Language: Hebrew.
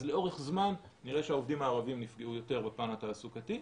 אז לאורך זמן נראה שהעובדים הערבים נפגעו יותר בפן התעסוקתי.